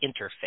interface